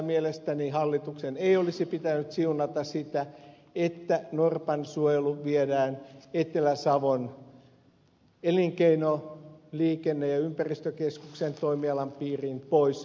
mielestäni hallituksen ei olisi pitänyt siunata sitä että norpan suojelu viedään etelä savon elinkeino liikenne ja ympäristökeskuksen toimialan piiriin pois metsähallitukselta